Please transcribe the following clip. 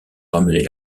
ramener